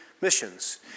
missions